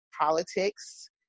politics